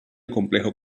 complejo